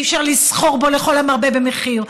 אי-אפשר לסחור בו לכל המרבה במחיר.